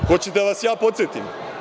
Hoćete li da vas ja podsetim?